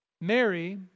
Mary